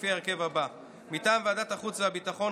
לפי ההרכב הבא: מטעם ועדת החוץ והביטחון,